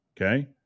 Okay